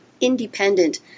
independent